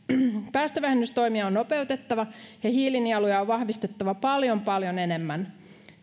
päästövähennystoimia on nopeutettava ja hiilinieluja on vahvistettava paljon paljon enemmän